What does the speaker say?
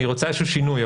אני רוצה איזשהו שינוי,